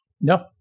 No